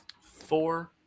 four